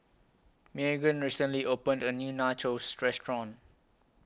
Meagan recently opened A New Nachos Restaurant